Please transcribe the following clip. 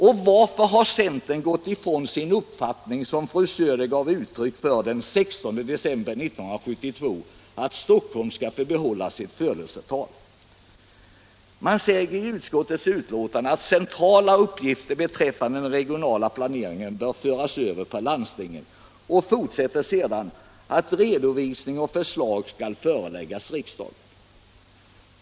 Och varför har centern gått ifrån den uppfattning som fru Söder gav uttryck för den 16 december 1972, nämligen att Stockholm skulle få behålla sitt födelseöverskott? Utskottet säger i sitt betänkande att centrala uppgifter beträffande den regionala planeringen bör föras över på landstingen och att redovisning och förslag skall föreläggas riksdagen.